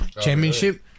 championship